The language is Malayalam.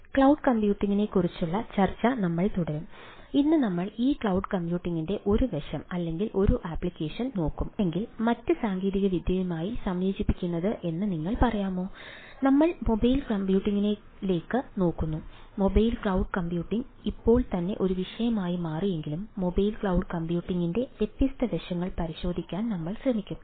ക്ലൌഡ് കമ്പ്യൂട്ടിംഗിനെക്കുറിച്ചുള്ള ഇപ്പോൾ തന്നെ ഒരു വിഷയം ആയി മാറിയെങ്കിലും മൊബൈൽ ക്ലൌഡ് കമ്പ്യൂട്ടിംഗിന്റെ വ്യത്യസ്ത വശങ്ങൾ പരിശോധിക്കാൻ നമ്മൾ ശ്രമിക്കും